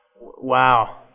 Wow